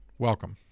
welcome